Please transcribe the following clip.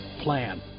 plan